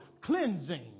cleansing